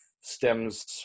stems